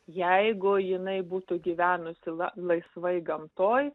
jeigu jinai būtų gyvenusi laisvai gamtoj